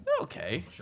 Okay